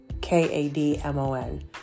K-A-D-M-O-N